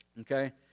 Okay